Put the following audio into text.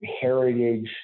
heritage